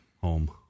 Home